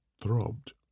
throbbed